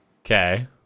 Okay